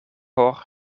por